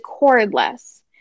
cordless